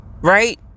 right